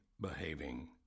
behaving